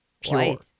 Pure